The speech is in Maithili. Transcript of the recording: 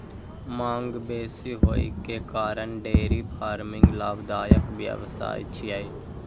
मांग बेसी होइ के कारण डेयरी फार्मिंग लाभदायक व्यवसाय छियै